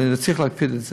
וצריך להקפיד על זה.